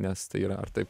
nes tai yra ar tai